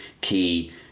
key